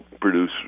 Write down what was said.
produce